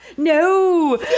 No